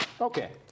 Okay